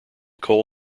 coal